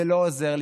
זה לא עוזר לי,